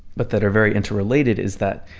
but that are very interrelated, is that,